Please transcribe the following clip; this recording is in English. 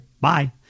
bye